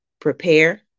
prepare